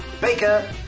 Baker